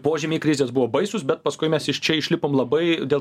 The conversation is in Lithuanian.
požymiai krizės buvo baisūs bet paskui mes iš čia išlipom labai dėl